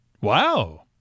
Wow